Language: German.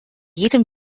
jedem